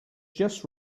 just